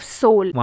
soul